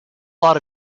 lot